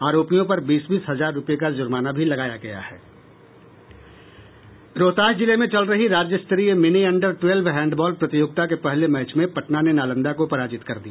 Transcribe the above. आरोपियों पर बीस बीस हजार रूपये का जुर्माना भी लगाया गया है रोहतास जिले में चल रही राज्य स्तरीय मिनी अंडर ट्वेल्व हैंडबॉल प्रतियोगिता के पहले मैच में पटना ने नालंदा को पराजित कर दिया